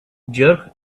jerk